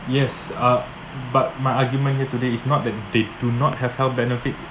yes uh but my argument here today is not that they do not have health benefits